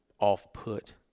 off-put